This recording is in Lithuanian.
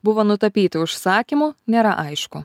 buvo nutapyti užsakymu nėra aišku